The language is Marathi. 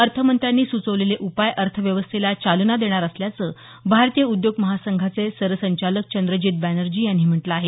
अर्थमंत्र्यांनी सुचवलेले उपाय अर्थव्यवस्थेला चालना देणार असल्याचं भारतीय उद्योग महासंघाचे सरसंचालक चंद्रजीत बॅनर्जी यांनी म्हटलं आहे